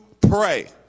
pray